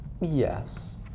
Yes